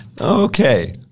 Okay